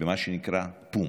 במה שנקרא פו"ם.